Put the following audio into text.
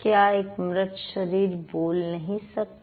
क्यों एक मृत शरीर बोल नहीं सकता